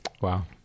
wow